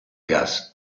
gas